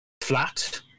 flat